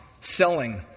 selling